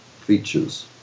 features